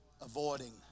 avoiding